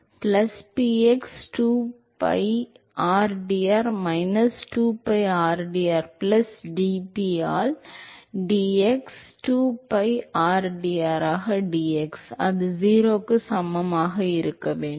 plus px 2pi rdr minus 2pi rdr plus dp ஆல் dx 2pi rdr ஆக dx அது 0 க்கு சமமாக இருக்க வேண்டும்